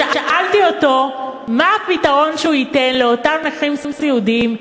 שאלתי אותו מה הפתרון שהוא ייתן לאותם נכים סיעודיים,